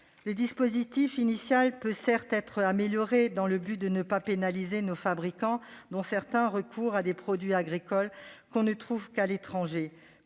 le dispositif initial peut être amélioré dans le but de ne pas pénaliser nos fabricants, dont certains recourent à des produits agricoles que l'on ne trouve qu'à l'étranger,